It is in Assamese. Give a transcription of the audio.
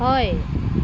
হয়